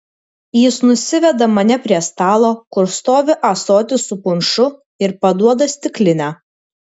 jis nusiveda mane prie stalo kur stovi ąsotis su punšu ir paduoda stiklinę